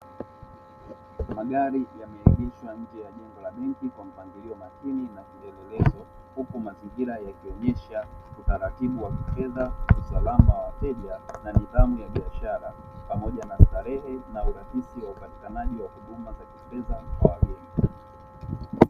Magari yameegeshwa nje ya jengo la benki kwa mpangilio makini na kielelezo. Huku mazingira yakionyesha utaratibu wa kupendeza, usalama wa wateja na nidhamu ya biashara pamoja na starehe na urahisi wa upatikanaji wa huduma za kupendeza kwa wageni.